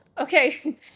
Okay